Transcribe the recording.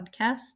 Podcast